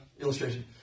illustration